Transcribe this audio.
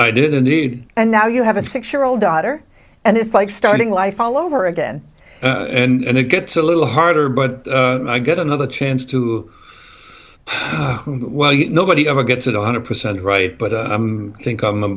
did indeed and now you have a six year old daughter and it's like starting life all over again and it gets a little harder but i get another chance to well nobody ever gets a hundred percent right but i think i'm a